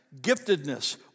giftedness